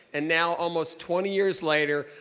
and now almost twenty years later,